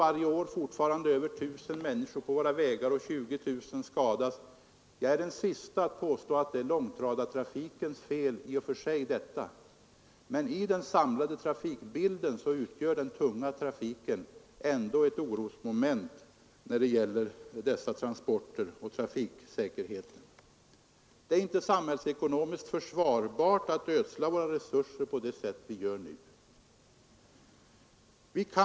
Varje år dör fortfarande över 1 000 människor på våra vägar och 20 000 skadas. Jag är den siste att påstå att detta är långtradartrafikens fel, men i en samlad trafikbild utgör den tunga trafiken ändå ett orosmoment när det gäller trafiksäkerheten. Det är inte samhällsekonomiskt försvarbart att ödsla våra resurser på det sätt vi gör nu.